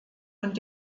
und